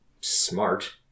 smart